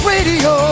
Radio